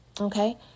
Okay